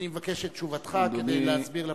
אני מבקש את תשובתך כדי להסביר לפרוטוקול.